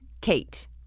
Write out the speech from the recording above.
Kate